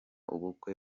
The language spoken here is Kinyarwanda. ubukwe